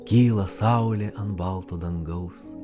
kyla saulė ant balto dangaus